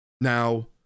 Now